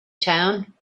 town